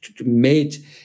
made